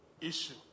issue